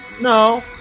no